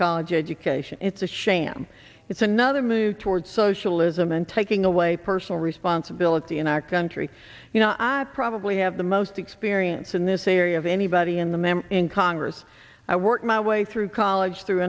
college education it's a sham it's another move toward socialism and taking away personal responsibility in our country you know i probably have the most experience in this area of anybody in the memory in congress i worked my way through college through